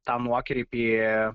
tą nuokrypį